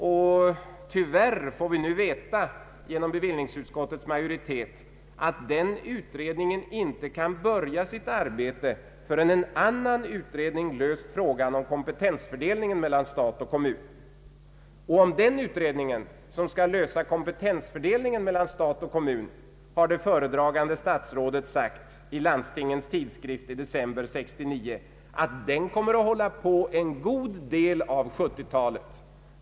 Och tyvärr får vi nu veta av utskottsmajoriteten att den utredningen inte kan börja sitt arbete, förrän en annan utredning löst frågan om kompetensfördelningen mella stat och kommun. Om den utredningen har det föredragande statsrådet sagt i Landstingens tidskrift i december 1969, att den kommer att hålla på en god del av 1970-talet.